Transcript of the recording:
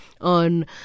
on